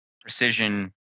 precision